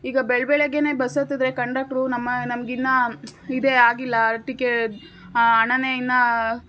ಈಗ ಬೆಳ ಬೆಳಗ್ಗೆ ಬಸ್ ಹತ್ತಿದ್ದರೆ ಕಂಡಕ್ಟ್ರು ನಮ್ಮ ನಮ್ಗಿನ್ನು ಇದೇ ಆಗಿಲ್ಲ ಟಿಕೆಟ್ ಹಣ ಇನ್ನು